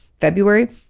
February